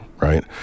right